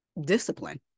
discipline